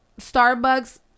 starbucks